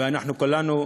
ואנחנו כולנו,